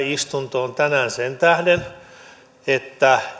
istunto on tänään sen tähden että